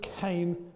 came